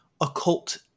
occult